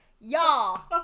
Y'all